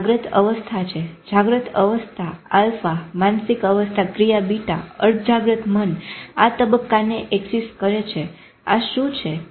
આ જાગૃત અવસ્થા છે જાગૃત અવસ્થા આલ્ફા માનસિક વ્યવસ્થા ક્રિયા બીટા અર્ધજાગ્રત મન આ તબ્બ્કાને એક્સીસ કરે છે આ શું છે